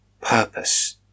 Purpose